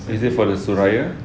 is it for the suraya